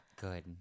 Good